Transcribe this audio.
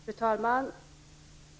Fru talman!